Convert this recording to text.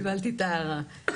קיבלתי את ההערה.